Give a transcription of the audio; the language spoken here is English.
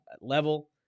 level